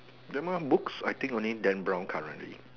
grammar books I think only Dan brown currently